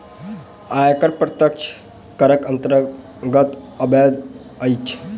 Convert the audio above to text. आयकर प्रत्यक्ष करक अन्तर्गत अबैत अछि